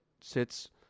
sits